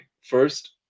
first